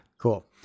Cool